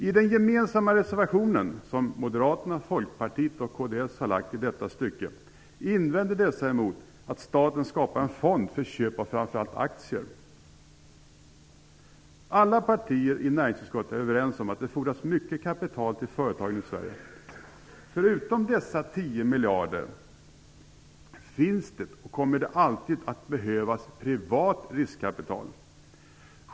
Folkpartiet och Kristdemokraterna har avgivit på denna punkt invänder dessa emot att staten skapar en fond för köp av framför allt aktier. Alla partier i näringsutskottet är överens om att det fordras mycket kapital till företagen i Sverige. Förutom dessa 10 miljarder finns det privat riskkapital, och det kommer alltid att behövas.